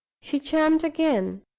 she charmed again.